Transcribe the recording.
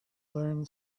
learn